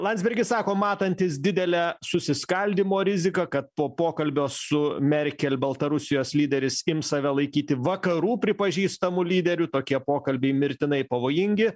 landsbergis sako matantis didelę susiskaldymo riziką kad po pokalbio su merkel baltarusijos lyderis ims save laikyti vakarų pripažįstamu lyderiu tokie pokalbiai mirtinai pavojingi